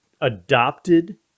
adopted